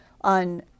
on